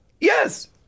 yes